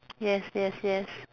yes yes yes